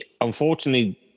unfortunately